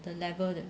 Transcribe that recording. the level 的